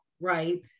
right